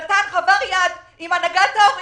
שנתן יד עם נהגת ההורים,